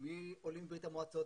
מעולים מברית המועצות.